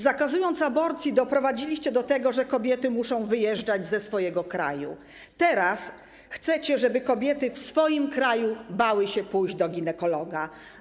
Zakazując aborcji, doprowadziliście do tego, że kobiety muszą wyjeżdżać ze swojego kraju, teraz chcecie, żeby kobiety w swoim kraju bały się pójść do ginekologa.